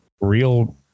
real